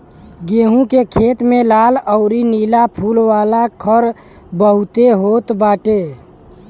गेंहू के खेत में लाल अउरी नीला फूल वाला खर बहुते होत बाटे